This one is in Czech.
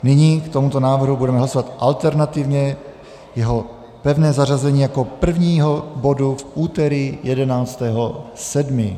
Nyní k tomuto návrhu budeme hlasovat alternativně jeho pevné zařazení jako první bod v úterý 11. 7.